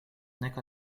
nek